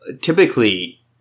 typically